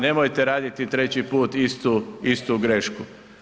Nemojte raditi treći put istu grešku.